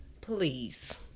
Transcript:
Please